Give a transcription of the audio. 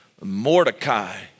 Mordecai